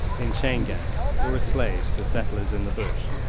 in chain-gangs, or as slaves to settlers in the bush,